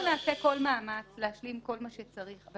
אנחנו נעשה כל מאמץ להשלים כל מה שצריך אבל